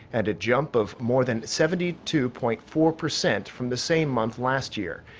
and a jump of more than seventy two point four percent from the same month last year.